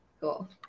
Cool